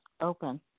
open